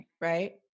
Right